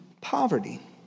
poverty